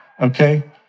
Okay